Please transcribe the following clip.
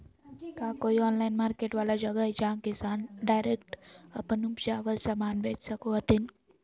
का कोई online market वाला जगह हइ जहां किसान डायरेक्ट अप्पन उपजावल समान बेच सको हथीन?